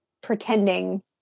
pretending